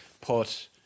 put